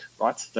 right